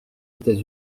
états